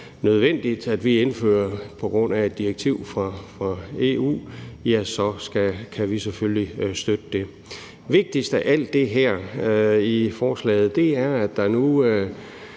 nødvendigt at vi indfører på grund af et direktiv fra EU, så kan vi selvfølgelig støtte det. Vigtigst af alt her i forslaget er, at vi nu